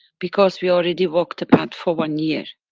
because we already walked the path for one year.